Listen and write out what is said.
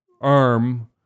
arm